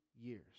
years